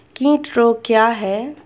कीट रोग क्या है?